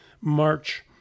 March